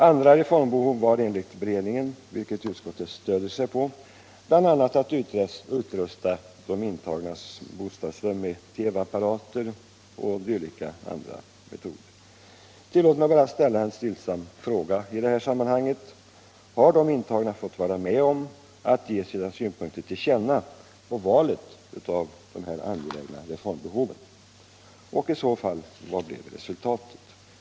Andra reformbehov var enligt beredningen, vilket utskottet stöder sig på, bl.a. att utrusta de intagnas bostadsrum med TV-apparater o. d. Tillåt mig bara ställa en stillsam fråga i detta sammanhang: Har de intagna fått vara med och ge sina synpunkter till känna om valet av dessa angelägna reformbehov, och vad blev i så fall resultatet?